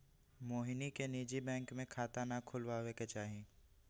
मोहिनी के निजी बैंक में खाता ना खुलवावे के चाहि